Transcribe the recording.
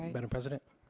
um madame president.